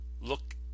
look